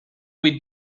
we’d